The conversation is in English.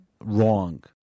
wrong